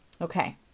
okay